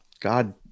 God